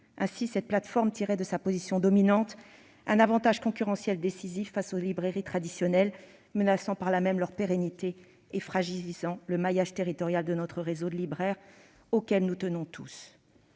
Ainsi, cette plateforme tirait de sa position dominante un avantage concurrentiel décisif face aux librairies traditionnelles, menaçant par là même leur pérennité et fragilisant le maillage territorial de notre réseau de libraires, auquel nous tenons tous.